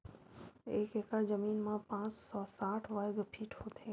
एक एकड़ जमीन मा पांच सौ साठ वर्ग फीट होथे